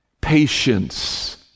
patience